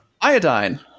iodine